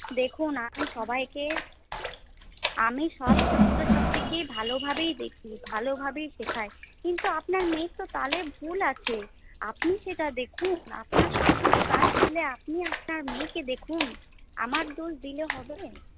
দেখুন আমি সবাইকে আমি সব ছাত্রছাত্রীকে ভালোভাবেই দেখি ভালোভাবেই শেখাই কিন্তু আপনার মেয়ে তো তালে ভুল আছে আপনি সেটা দেখুন আপনার সবকিছু কাজ ফেলে আপনি আপনার মেয়েকে দেখুন আমার দোষ দিলে হবে